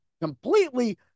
completely –